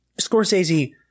Scorsese